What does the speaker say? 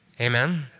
Amen